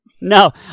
No